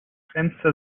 fenster